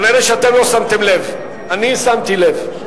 כנראה אתם לא שמתם לב, אני שמתי לב.